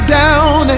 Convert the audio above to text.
down